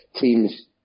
teams